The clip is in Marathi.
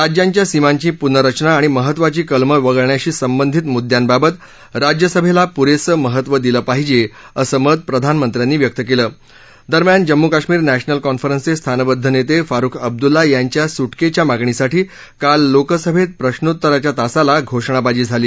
राज्यात्रिया सीमाती पुनर्रचना आणि महत्त्वाची कलमक्राळण्याशी सद्दीशित मुद्यातीत राज्यसभेला पुरेसक्रित्व दिलक्ष पाहिजे असमित प्रधानमच्चारीीव्यक्त केल दरम्यान जम्मू कश्मीर नध्मल कॉन्फरन्सचे स्थानबद्ध नेते फारुख अब्दुल्ला याच्या सुटकेच्या मागणीसाठी काल लोकसभेत प्रश्नोत्तराच्या तासाला घोषणाबाजी झाली